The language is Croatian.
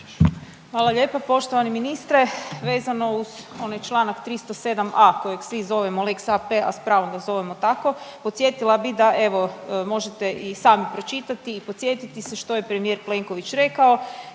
Hvala lijepo. Poštovani ministre, vezano uz onaj Članak 307a. kojeg svi zovemo lex AP, a s pravom ga zovemo tako podsjetila bi da evo možete i sami pročitati i podsjetiti se što je premijer Plenković rekao.